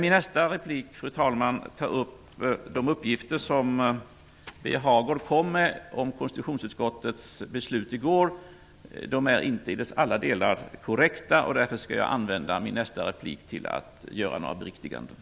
I min nästa replik skall jag ta upp de uppgifter om konstitutionsutskottets beslut i går som Birger Hagård kom med. De är inte korrekta i alla delar. Därför skall jag använda min nästa replik till att göra några beriktiganden.